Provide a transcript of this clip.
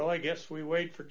well i guess we wait for